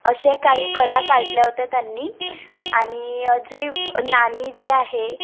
असे काही कला काढल्या होत्या त्यांनी आणि जे नाणी जे आहे